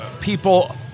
people